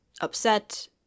upset